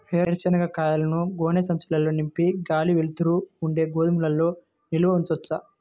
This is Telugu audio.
వేరుశనగ కాయలను గోనె సంచుల్లో నింపి గాలి, వెలుతురు ఉండే గోదాముల్లో నిల్వ ఉంచవచ్చా?